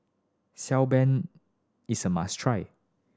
Xi Ban is a must try